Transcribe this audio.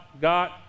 God